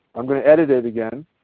um going to edit it again.